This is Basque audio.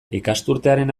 ikasturtearen